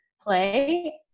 play